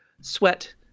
sweat